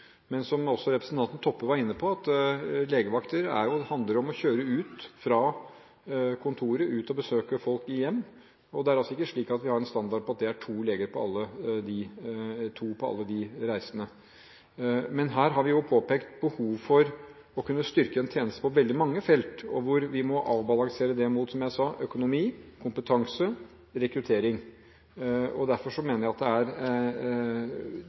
Men som også representanten Toppe var inne på, legevakt handler om å kjøre ut fra kontoret, ut å besøke folk hjemme, og det er ikke slik at vi har en standard på at det er to leger på alle de reisene. Men her har vi påpekt behov for å kunne styrke en tjeneste på veldig mange felt, og hvor vi må avbalansere det mot – som jeg sa – økonomi, kompetanse og rekruttering. Derfor mener jeg at det er